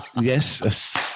Yes